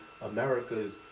America's